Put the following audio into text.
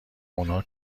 اونا